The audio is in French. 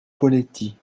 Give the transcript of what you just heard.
poletti